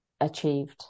achieved